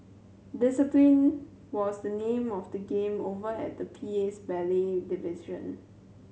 discipline was the name of the game over at the P A's ballet division